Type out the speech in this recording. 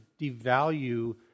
devalue